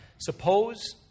Suppose